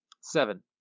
Seven